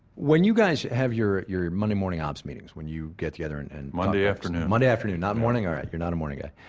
when you guys have your your monday morning ops meetings, when you get together, and and monday afternoon monday afternoon, not morning? all right, you're not a morning guy.